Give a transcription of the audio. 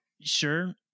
sure